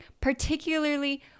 particularly